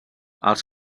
els